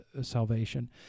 salvation